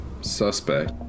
suspect